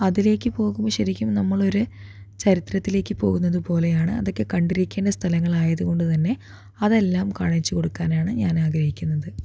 അതിലേക്ക് പോകുമ്പോൾ ശരിക്കും നമ്മളൊരു ചരിത്രത്തിലേക്ക് പോകുന്നത് പോലെയാണ് അതൊക്കെ കണ്ടിരിക്കേണ്ട സ്ഥലങ്ങളായത് കൊണ്ട് തന്നെ അതെല്ലാം കാണിച്ചു കൊടുക്കാനാണ് ഞാൻ ആഗ്രഹിക്കുന്നത്